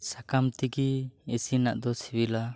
ᱥᱟᱠᱟᱢ ᱛᱠᱤ ᱤᱥᱤᱱᱟᱜ ᱫᱚ ᱥᱤᱵᱤᱞᱟ